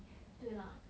对 lah